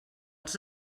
els